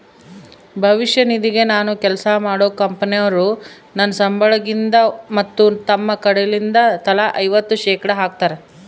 ಭವಿಷ್ಯ ನಿಧಿಗೆ ನಾನು ಕೆಲ್ಸ ಮಾಡೊ ಕಂಪನೊರು ನನ್ನ ಸಂಬಳಗಿಂದ ಮತ್ತು ತಮ್ಮ ಕಡೆಲಿಂದ ತಲಾ ಐವತ್ತು ಶೇಖಡಾ ಹಾಕ್ತಾರ